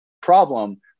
problem